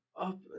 up